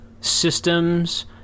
systems